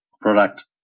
product